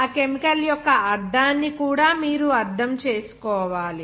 ఆ కెమికల్ యొక్క అర్ధాన్ని కూడా మీరు అర్థం చేసుకోవాలి